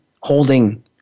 holding